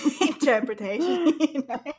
interpretation